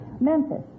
Memphis